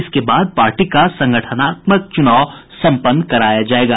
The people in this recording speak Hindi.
इसके बाद पार्टी का संगठनात्मक चुनाव संपन्न कराया जाएगा